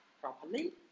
properly